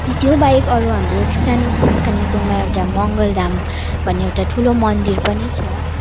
त्यो बाहेक अरू हाम्रो यो सानो कालेबुङमा एउटा मङ्गलधाम भन्ने एउटा ठुलो मन्दिर पनि छ